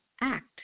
Act